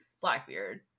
Blackbeard